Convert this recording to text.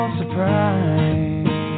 surprise